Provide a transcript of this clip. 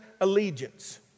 allegiance